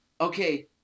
okay